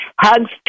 Hugs